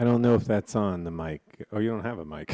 i don't know if that's on the mike or you don't have a mike